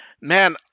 Man